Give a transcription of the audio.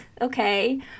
Okay